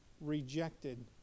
rejected